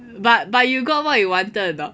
but but you got what you wanted or not